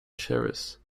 service